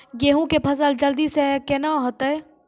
गेहूँ के फसल जल्दी से के ना होते?